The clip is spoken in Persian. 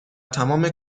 تمام